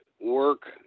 work